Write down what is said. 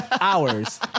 hours